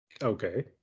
Okay